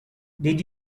did